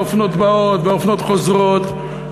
אופנות באות ואופנות חוזרות,